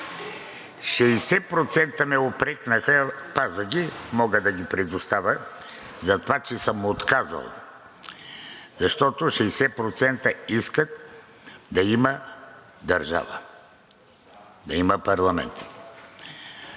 60% ме упрекнаха – пазя ги, мога да ги предоставя – за това, че съм отказал, защото 60% искат да имат държава, да има парламент.